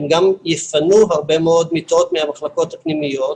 הם גם יפנו הרבה מאוד מיטות מהמחלקות הפנימיות.